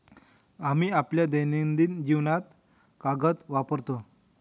आम्ही आपल्या दैनंदिन जीवनात कागद वापरतो